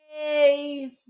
Yay